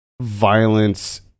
violence